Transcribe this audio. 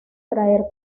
traer